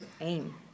aim